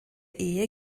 ehe